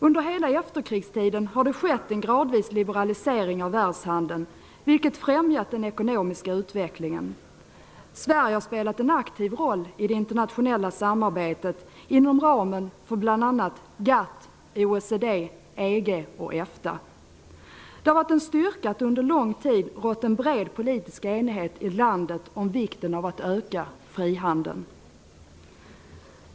Under hela efterkrigstiden har det skett en gradvis liberalisering av världshandeln, vilket främjat den ekonomiska utvecklingen. Sverige har spelat en aktiv roll i det internationella samarbetet inom ramen för bl.a. GATT, OECD, EG och EFTA. Det har varit en styrka att det under lång tid rått en bred politisk enighet i landet om vikten av att öka frihandeln.